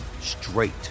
straight